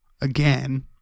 again